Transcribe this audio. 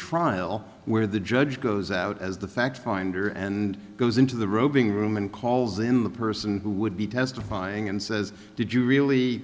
trial where the judge goes out as the fact finder and goes into the roving room and calls in the person who would be testifying and says did you really